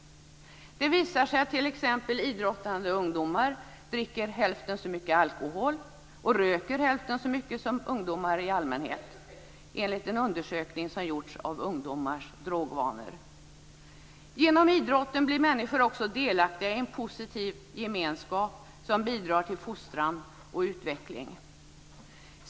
Det visar sig t.ex. att idrottande ungdomar dricker hälften så mycket alkohol och röker hälften så mycket som ungdomar i allmänhet enligt en undersökning som gjorts om ungdomars drogvanor. Genom idrotten blir människor också delaktiga i en positiv gemenskap som bidrar till fostran och utveckling.